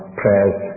prayers